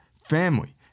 family